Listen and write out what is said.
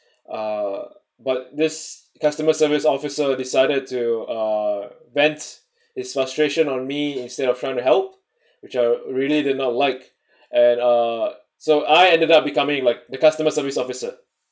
uh but this customer service officer decided to uh vent his frustration on me instead of trying to help which I really did not like and uh so I ended up becoming like the customer service officer